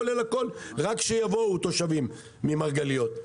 כולל הכול רק שיבואו תושבים למרגליות.